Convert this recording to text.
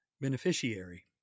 beneficiary